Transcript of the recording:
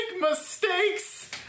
mistakes